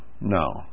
no